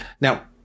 Now